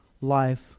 life